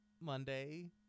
Monday